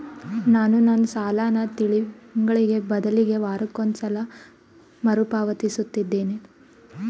ನಾನು ನನ್ನ ಸಾಲನ ತಿಂಗಳಿಗೆ ಬದಲಿಗೆ ವಾರಕ್ಕೊಂದು ಸಲ ಮರುಪಾವತಿಸುತ್ತಿದ್ದೇನೆ